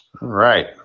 right